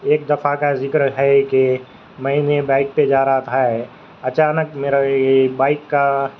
ایک دفعہ کا ذکر ہے کہ میں نے بائک پہ جا رہا تھا اچانک میرا بائک کا